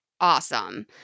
Awesome